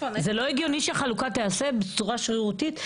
זה לא הגיוני שהחלוקה תעשה בצורה שרירותית,